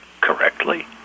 correctly